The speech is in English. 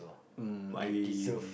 mm I'm